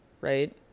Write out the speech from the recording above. right